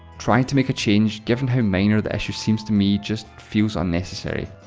trying to make a change, given how minor the issue seems to me, just feels unnecessary.